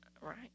right